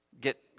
get